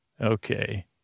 Okay